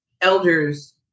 elders